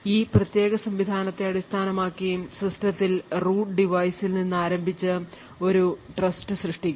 ഈ പ്രത്യേക സംവിധാനത്തെ അടിസ്ഥാനമാക്കി സിസ്റ്റത്തിൽ റൂട്ട് device ൽ നിന്ന് ആരംഭിച്ച് ഒരു ട്രസ്റ്റ് സൃഷ്ടിക്കപ്പെടുന്നു